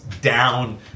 down